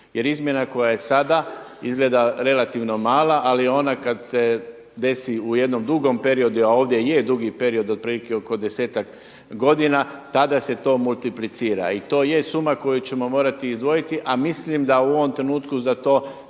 Jer izmjena koja je sada izgleda relativno mala, ali ona kad se desi u jednom dugom periodu, a ovdje je dugi period otprilike oko desetak godina, tada se to multiplicira i to je suma koju ćemo izdvojiti, a mislim da u ovom trenutku za to